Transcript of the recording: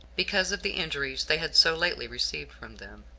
because of the injuries they had so lately received from them.